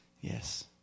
Yes